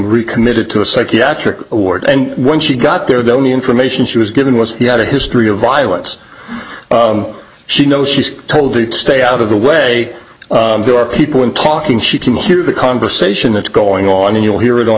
rude committed to a psychiatric ward and when she got there the only information she was given was she had a history of violence she knows she's told to stay out of the way there are people in talking she can hear the conversation that's going on and you'll hear it on